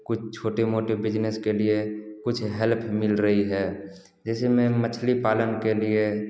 कुछ छोटे मोटे बिजनेस के लिए कुछ हेल्प मिल रही है जिसमें मछली पालन के लिए